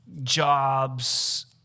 jobs